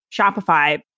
Shopify